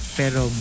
pero